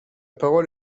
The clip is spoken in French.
parole